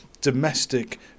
domestic